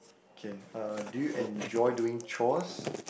okay uh do you enjoy doing chores